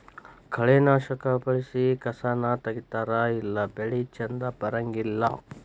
ಕಳೆನಾಶಕಾ ಬಳಸಿ ಕಸಾನ ತಗಿತಾರ ಇಲ್ಲಾ ಬೆಳಿ ಚಂದ ಬರಂಗಿಲ್ಲಾ